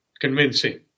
convincing